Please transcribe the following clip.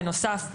בנוסף,